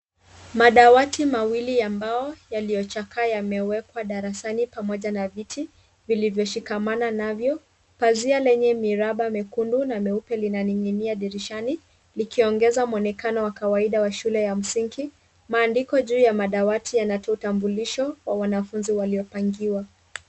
Madawati mawili ya mbao yaliyochakaa yamewekwa darasani pamoja na viti, vilivyoshikamana navyo. Pazia lenye miraba mekundu na meupe linaning'inia dirishani, likiongeza mwonekano wa kawaida wa shule ya msingi. Maandiko juu ya madawati yanatoa utambulisho wa wanafunzi waliopangiwa.